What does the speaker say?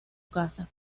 casa